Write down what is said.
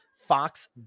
Fox